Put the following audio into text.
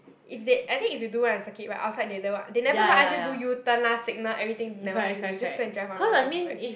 if they I think if you do well in circuit right outside they never they never even ask you do you turn lah signal everything never ask you do just go and drive one round then come back